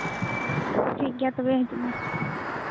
ᱴᱷᱤᱠ ᱜᱮᱭᱟ ᱛᱚᱵᱮ ᱦᱤᱡᱩᱜ ᱢᱮ